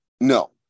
no